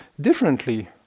differently